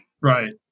Right